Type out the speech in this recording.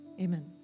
Amen